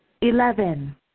Eleven